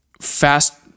fast